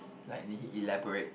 like did he elaborate